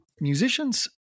musicians